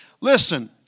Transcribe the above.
Listen